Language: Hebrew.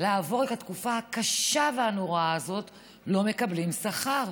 לעבור את התקופה הקשה והנוראה הזאת לא מקבלים שכר.